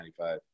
1995